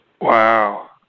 Wow